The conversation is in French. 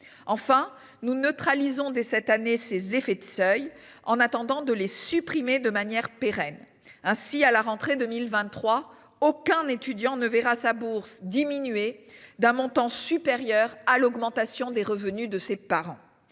enfin nous neutralisant dès cette année ses effets de seuil. En attendant de les supprimer de manière pérenne ainsi à la rentrée 2023 aucun étudiant ne verra sa bourse diminué d'un montant supérieur à l'augmentation des revenus de ses parents.